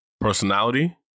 personality